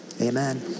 amen